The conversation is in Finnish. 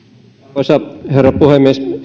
arvoisa herra puhemies